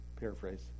paraphrase